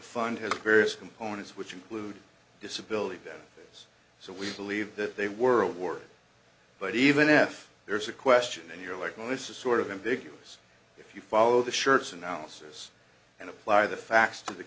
fund has various components which include disability benefits so we believe that they world war but even if there's a question and you're like melissa sort of ambiguous if you follow the shirt's analysis and apply the facts to the